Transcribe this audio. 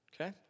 okay